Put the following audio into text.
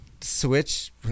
Switch